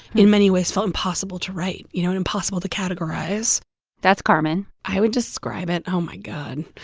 in many ways, felt impossible to write, you know, and impossible to categorize that's carmen i would describe it oh, my god.